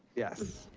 yes.